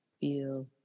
feel